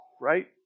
right